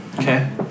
Okay